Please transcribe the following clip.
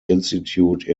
institute